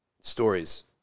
stories